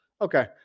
Okay